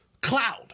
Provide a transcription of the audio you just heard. cloud